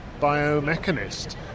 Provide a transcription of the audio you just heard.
biomechanist